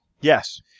Yes